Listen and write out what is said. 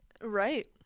Right